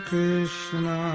Krishna